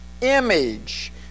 image